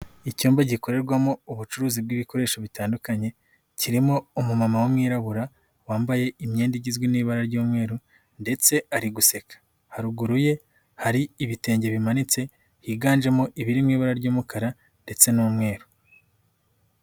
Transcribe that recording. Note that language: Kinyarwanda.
Icyumba gikorerwamo ubucuruzi bw'ibikoresho bitandukanye, kirimo umuma w'umwirabura wambaye imyenda igizwe n'ibara ry'umweru, ndetse ari guseka, haruguru ye hari ibitenge bimanitse higanjemo ibiri mu ibara ry'umukara ndetse n'umweru.